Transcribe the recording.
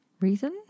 reason